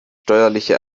steuerliche